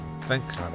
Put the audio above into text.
thanks